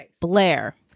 Blair